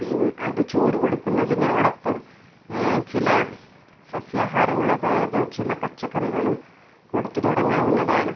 പിൻ അത് ചോറു കൊടുക്കുന്നതിനോടൊപ്പം ചില സസ്യാഹാരങ്ങൾ അതായത് ചില പച്ചക്കറികളും കൊടുത്ത് തുടങ്ങാവുന്നതാണ്